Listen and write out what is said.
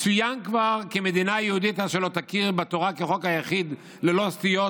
צוין כבר כי מדינה יהודית אשר לא תכיר בתורה כחוק היחיד ללא סטיות,